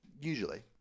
Usually